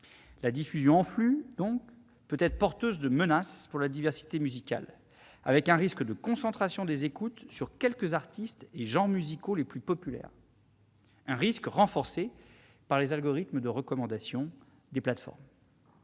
La diffusion en flux peut être porteuse de menaces pour la diversité musicale, avec un risque de concentration des écoutes sur quelques artistes et genres musicaux les plus populaires, renforcé par les algorithmes de recommandation des plateformes.